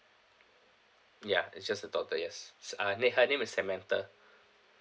ya it's just the daughter yes s~ uh na~ her name is samantha